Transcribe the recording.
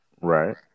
Right